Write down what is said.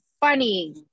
funny